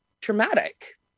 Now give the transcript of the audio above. traumatic